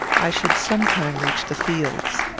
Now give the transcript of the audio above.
i should some time reach the fields.